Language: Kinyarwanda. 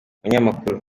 umunyamakuru